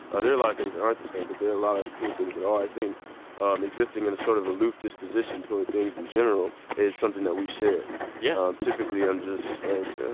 are a lot of things that aren't the same, but there are a lot of cool things that are. i think um existing in a sort of aloof disposition toward things in general is something that we share yeah typically i'm just like,